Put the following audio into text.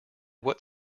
what